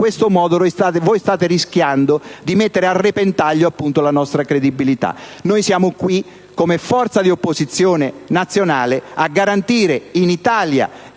questo modo voi state rischiando di mettere a repentaglio la nostra credibilità. Siamo qui come forza di opposizione nazionale a garantire in Italia e